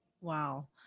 Wow